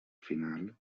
final